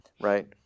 right